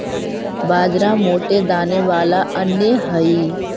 बाजरा मोटे दाने वाला अन्य हई